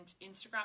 Instagram